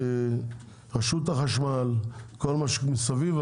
כמובן, את רשות החשמל וכל מה שמסביב.